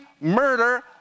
murder